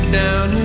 down